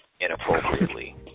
inappropriately